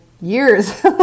years